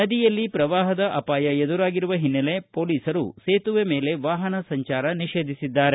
ನದಿಯಲ್ಲಿ ಪ್ರವಾಹದ ಅಪಾಯ ಎದುರಾಗಿರುವ ಹಿನ್ನೆಲೆ ಪೊಲೀಸರು ಸೇತುವೆ ಮೇಲೆ ವಾಹನ ಸಂಚಾರ ನಿಷೇಧಿಸಿದ್ದಾರೆ